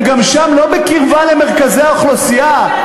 גם שם הם לא בקרבה למרכזי האוכלוסייה.